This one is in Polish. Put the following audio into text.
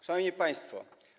Szanowni Państwo!